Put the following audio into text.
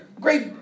Great